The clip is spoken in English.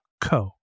co